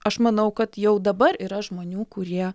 aš manau kad jau dabar yra žmonių kurie